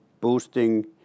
boosting